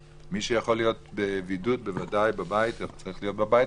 ומי שיכול להיות בבידוד בבית צריך להיות בבית,